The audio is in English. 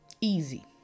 easy